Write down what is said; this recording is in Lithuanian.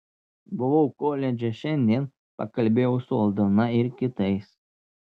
buvau koledže šiandien pakalbėjau su aldona ir kitais